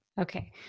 Okay